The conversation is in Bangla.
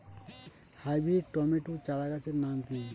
হাইব্রিড টমেটো চারাগাছের নাম কি?